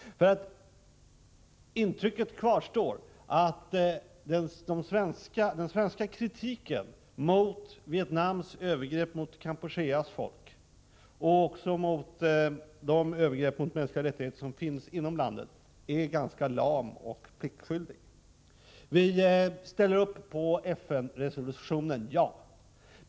Intrycket kvarstår att den svenska kritiken mot Vietnams övergrepp mot Kampucheas folk — och också de övergrepp som förekommer mot mänskliga rättigheter inom landet — är ganska lam och pliktskyldig. Vi ställer upp på FN-resolutionen — ja.